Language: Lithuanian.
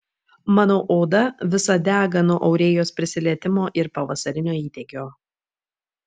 mano oda visa dega nuo aurėjos prisilietimo ir pavasarinio įdegio